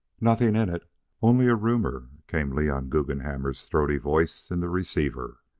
nothing in it only a rumor, came leon guggenhammer's throaty voice in the receiver.